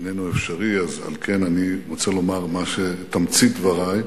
איננו אפשרי, על כן אני רוצה לומר תמצית דברי,